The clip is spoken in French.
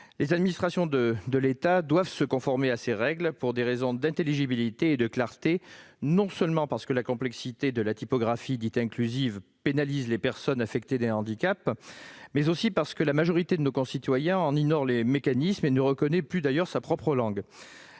Les administrations de l'État doivent se conformer à ces règles, pour des raisons d'intelligibilité et de clarté, non seulement parce que la complexité de la typographie dite inclusive pénalise les personnes affectées d'un handicap, mais aussi parce que la majorité de nos concitoyens en ignore les mécanismes et ne reconnaît plus d'ailleurs sa propre langue.